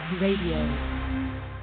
Radio